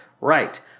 Right